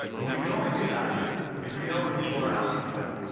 and we can only do that if we know what people are asking for.